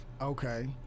okay